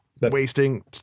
wasting